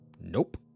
Nope